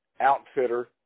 outfitter